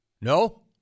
No